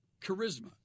Charisma